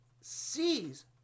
sees